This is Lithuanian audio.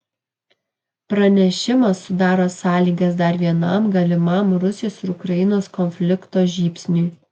pranešimas sudaro sąlygas dar vienam galimam rusijos ir ukrainos konflikto žybsniui